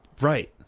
Right